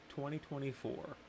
2024